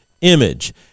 image